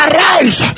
Arise